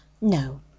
No